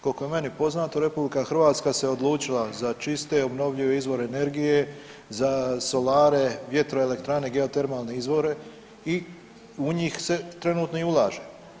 Koliko je meni poznato, RH se odlučila za čiste, obnovljive izvore energije, za solare, vjetroelektrane, geotermalne izvore i u njih se trenutno i ulaže.